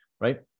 Right